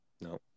No